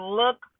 look